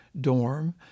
dorm